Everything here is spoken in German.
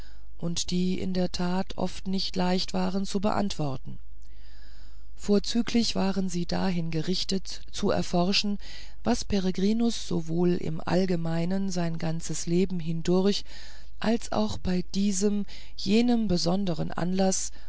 und die in der tat oft nicht leicht waren zu beantworten vorzüglich waren sie dahin gerichtet zu erforschen was peregrinus sowohl im allgemeinen sein ganzes leben hindurch als auch bei diesem jenem besondern anlaß